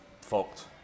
fucked